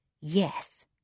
Yes